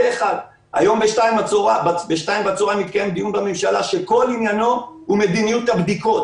היום ב-2 בצוהריים יתקיים דיון בממשלה שכל עניינו הוא מדיניות הבדיקות.